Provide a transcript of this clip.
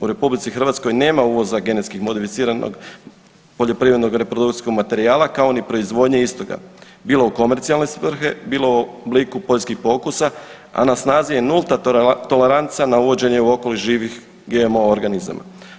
U RH nema genetski modificiranog poljoprivrednog reprodukcijskog materijala kao ni proizvodnje istoga bilo u komercijalne svrhe, bilo u obliku poljskih pokusa, a na snazi je nulta toleranca na uvođenje u okoliš živih GMO organizama.